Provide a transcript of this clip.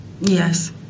Yes